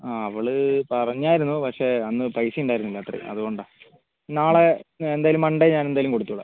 അവൾ പറഞ്ഞായിരുന്നു പക്ഷെ അന്ന് പൈസ ഉണ്ടായിരുന്നില്ല അത്രേം അതുകൊണ്ടാ നാളെ എന്തായാലും മൺഡേ ഞാൻ എന്തായാലും കൊടുത്തുവിടാം